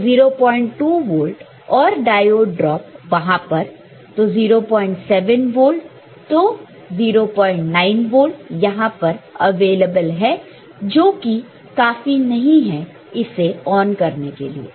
तो 02 वोल्ट और diode drop वहां पर तो 07 वोल्ट तो 09 वोल्ट यहां पर अवेलेबल है जो कि काफी नहीं है इसे ऑन करने के लिए